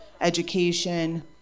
education